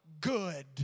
good